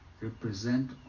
Represent